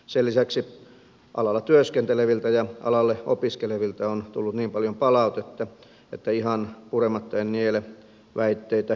sen lisäksi alalla työskenteleviltä ja alalle opiskelevilta on tullut niin paljon palautetta että ihan purematta en niele väitteitä historiallisesta uudistuksesta